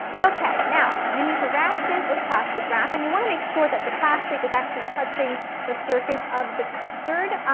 okay, now, you need to wrap this with plastic wrap, wrap, and you want to make sure that the plastic is actually touching the surface of the custard,